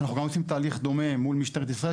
אנחנו גם עושים תהליך דומה מול משטרת ישראל,